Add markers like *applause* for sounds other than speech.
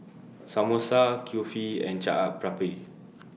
*noise* Samosa Kulfi and Chaat Papri